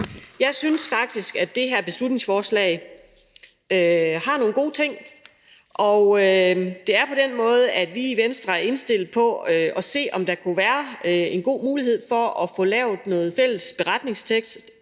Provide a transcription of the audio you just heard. Jeg synes faktisk, at det her beslutningsforslag har nogle gode ting. Og det er på den måde, at vi i Venstre er indstillet på at se, om der kunne være en god mulighed for at få lavet en fælles beretningstekst